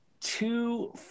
two